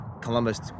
Columbus